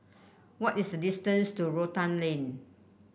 what is the distance to Rotan Lane